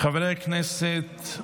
חברי הכנסת,